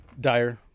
dire